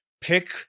pick